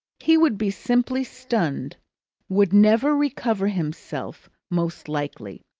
he would be simply stunned would never recover himself, most likely,